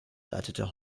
leitete